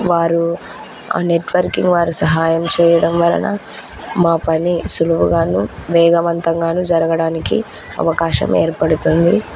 వారు వారు సహాయం చెయ్యడం వలన మా పని సులువుగానూ వేగవంతంగానూ జరగడానికి అవకాశం ఏర్పడుతుంది